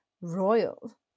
royal